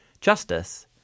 justice